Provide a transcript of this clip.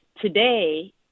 Today